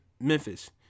Memphis